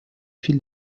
fil